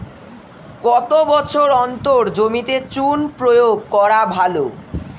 কত বছর অন্তর জমিতে চুন প্রয়োগ করা ভালো?